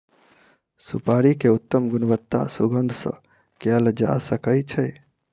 सुपाड़ी के उत्तम गुणवत्ता सुगंध सॅ कयल जा सकै छै